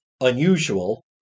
unusual